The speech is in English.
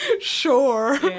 Sure